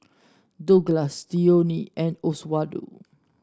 Douglass Dionne and Oswaldo